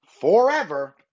forever